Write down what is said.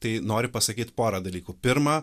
tai nori pasakyt porą dalykų pirma